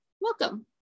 Welcome